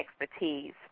expertise